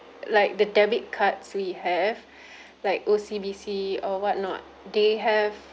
like the debit cards we have like O_C_B_C or what not they have